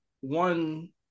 one